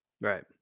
Right